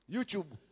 YouTube